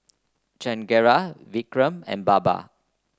Chengara Vikram and Baba